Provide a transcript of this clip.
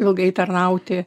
ilgai tarnauti